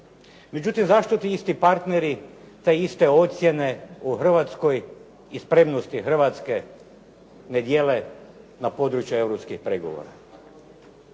Međutim, zašto ti isti partneri te iste ocjene o Hrvatskoj i s prednosti Hrvatske ne dijele na područje europskih pregovora?